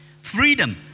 freedom